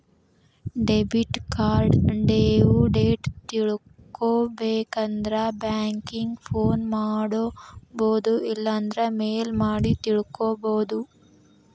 debit card due date ತಿಳ್ಕೊಬೇಕಂದ್ರ banking phone ಮಾಡೊಬೋದು ಇಲ್ಲಾಂದ್ರ ಮೇಲ್ ಮಾಡಿ ತಿಳ್ಕೋಬೋದು